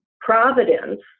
Providence